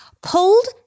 pulled